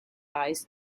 eyes